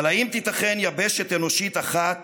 אבל האם תיתכן יבשת אנושית אחת